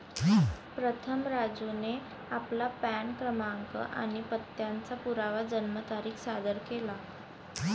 प्रथम राजूने आपला पॅन क्रमांक आणि पत्त्याचा पुरावा जन्मतारीख सादर केला